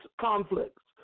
conflicts